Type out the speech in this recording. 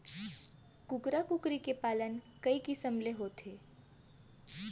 कुकरा कुकरी के पालन कई किसम ले होथे